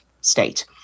state